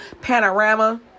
panorama